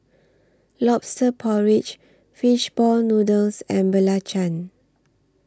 Lobster Porridge Fish Ball Noodles and Belacan